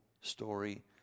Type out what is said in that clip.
story